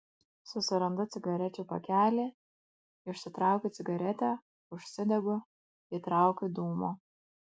susirandu cigarečių pakelį išsitraukiu cigaretę užsidegu įtraukiu dūmo